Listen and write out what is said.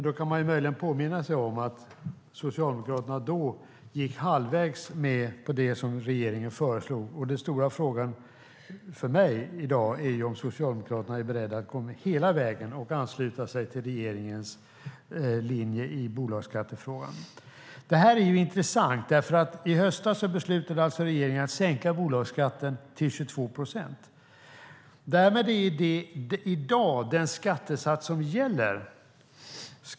Då kan man möjligen påminna sig om att Socialdemokraterna gick halvvägs med på det regeringen föreslog. Den stora frågan för mig i dag är om Socialdemokraterna är beredda att gå hela vägen och ansluta sig till regeringens linje i bolagsskattefrågan. Det här är intressant. I höstas beslutade alltså regeringen att sänka bolagsskatten till 22 procent. Därmed är det i dag den skattesats som gäller.